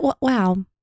Wow